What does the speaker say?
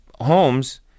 homes